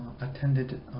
Attended